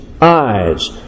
eyes